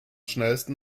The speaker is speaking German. schnellsten